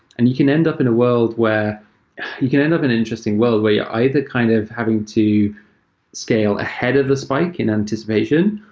and you can end up in a world where you can end up in an interesting world where you're either kind of having to scale ahead of the spike in anticipation,